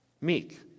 meek